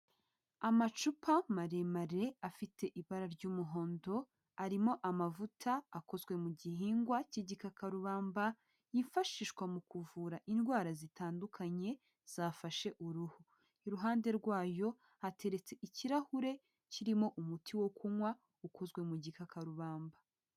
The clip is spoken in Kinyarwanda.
Amacupa maremare afite ibara ry'umuhondo arimo amavuta akozwe mu gihingwa cy'igikakarubamba yifashishwa mu kuvura indwara zitandukanye zafashe uruhu. Iruhande rwayo hateretse ikirahure kirimo umuti wo kunywa ukozwe mu gikakarubamba.